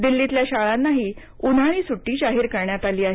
दिल्लीतल्या शाळांसाठीही उन्हाळी सुटी जाहीर करण्यात आली आहे